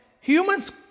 humans